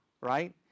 right